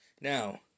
Now